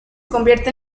convierte